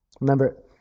Remember